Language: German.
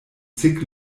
zig